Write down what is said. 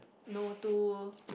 no to